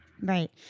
Right